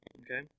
Okay